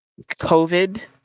COVID